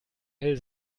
mel